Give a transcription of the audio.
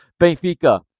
Benfica